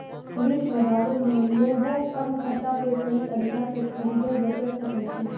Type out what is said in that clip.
वित्त बजारो मे लोगें कम खर्चा पे सही तरिका से खरीदे बेचै सकै छै